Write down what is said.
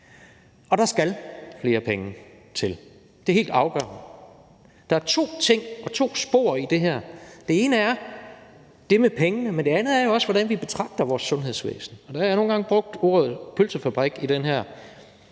Og der skal flere penge til. Det er helt afgørende. Der er to spor i det her. Det ene er det med pengene, men det andet er jo også, hvordan vi betragter vores sundhedsvæsen. Jeg har nogle gange brugt ordet pølsefabrik i den her